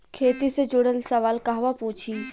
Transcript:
खेती से जुड़ल सवाल कहवा पूछी?